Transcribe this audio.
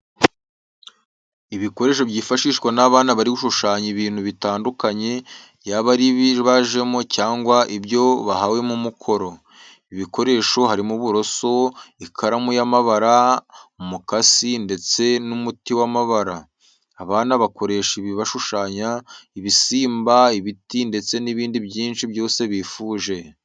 Ibikoresho byifashishwa n'abana bari gushushanya ibintu bitandukanye yaba ari ibibajemo cyangwa ibyo bahawemo umukoro. Ibi bikoresho harimo uburoso, ikaramu y'amabara, umukasi ndetse n'umuti w'amabara. Abana bakoresha ibi bashushanya ibisimba ,ibiti ndetse nibindi byinshi byose bifuje.